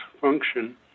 function